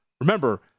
Remember